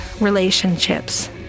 relationships